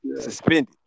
Suspended